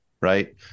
right